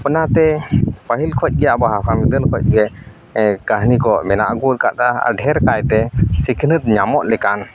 ᱚᱱᱟᱛᱮ ᱯᱟᱹᱦᱤᱞ ᱠᱷᱚᱡ ᱜᱮ ᱟᱵᱚᱣᱟᱜ ᱦᱟᱲᱟᱢ ᱵᱤᱫᱟᱹᱞ ᱠᱷᱚᱡ ᱜᱮ ᱠᱟᱹᱱᱦᱤ ᱠᱚ ᱢᱮᱱᱟᱜ ᱟᱹᱜᱩ ᱟᱠᱟᱫᱟ ᱟᱨ ᱰᱷᱮᱹᱨ ᱠᱟᱭᱛᱮ ᱥᱤᱠᱷᱱᱟᱹᱛ ᱧᱟᱢᱚᱜ ᱞᱮᱠᱟᱱ